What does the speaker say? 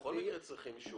בכל מקרה צריכים אישור.